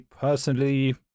personally